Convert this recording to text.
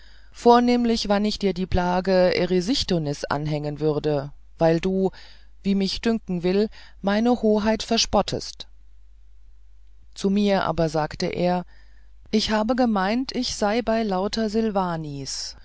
vornehmlich wann ich dir die plage erysichthonis anhängen würde weil du wie mich dünken will meine hoheit verspottest zu mir aber sagte er ich habe vermeint ich sei bei lauter